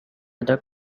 other